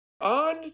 on